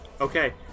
Okay